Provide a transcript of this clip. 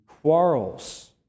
quarrels